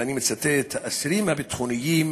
ואני מצטט: האסירים הביטחוניים